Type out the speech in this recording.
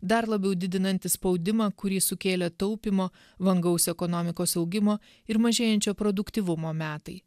dar labiau didinantis spaudimą kurį sukėlė taupymo vangaus ekonomikos augimo ir mažėjančio produktyvumo metai